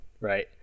right